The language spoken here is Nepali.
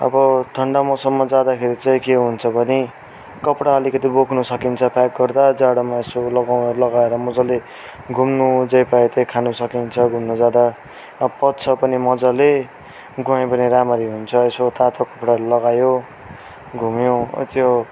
अब ठन्डा मौसममा जाँदाखेरि चाहिँ के हुन्छ भने कपडा अलिकति बोक्नु सकिन्छ प्याक गर्दा जाडोमा यसो लगाउँ लगाएर मज्जाले घुम्नु जे पायो त्यही खानु सकिन्छ घुम्नु जाँदा पच्छ पनि मज्जाले गएँ भने रामरी हुन्छ यसो तातो लुगाहरू लगायो घुम्यो त्यो